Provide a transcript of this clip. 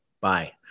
Bye